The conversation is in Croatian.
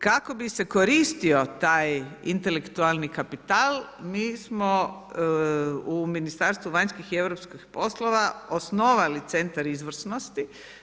Kako bi se koristio taj intelektualni kapital mi smo u Ministarstvu vanjskih i europskih poslova osnovali centar izvrsnosti.